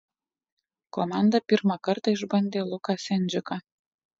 komanda pirmą kartą išbandė luką sendžiką